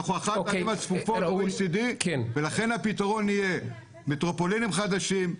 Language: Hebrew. אנחנו אחת המדינות הצפיפות ב-OECD ולכן הפתרון יהיה מטרופולינים חדשים,